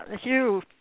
Hugh